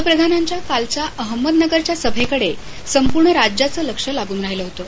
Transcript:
पंतप्रधानांच्या कालच्या अहमदनगरच्या सभेकडे संपूर्ण राज्याचं लक्ष लागून राहिलं होतं